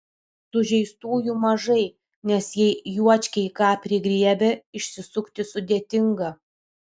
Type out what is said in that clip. sužeistųjų mažai nes jei juočkiai ką prigriebia išsisukti sudėtinga